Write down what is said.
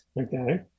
Okay